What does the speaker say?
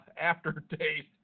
aftertaste